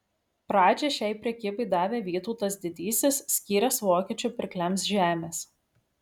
pradžią šiai prekybai davė vytautas didysis skyręs vokiečių pirkliams žemės